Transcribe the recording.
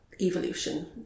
evolution